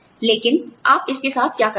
लेकिन आप इसके साथ क्या करते हैं